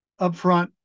upfront